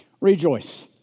Rejoice